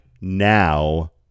now